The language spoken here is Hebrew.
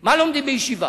מה לומדים בישיבה,